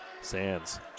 Sands